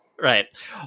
right